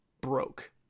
broke